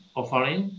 offering